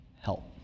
help